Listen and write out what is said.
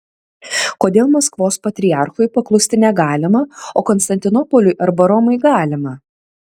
kodėl maskvos patriarchui paklusti negalima o konstantinopoliui arba romai galima